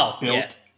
built